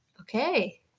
Okay